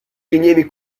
rilievi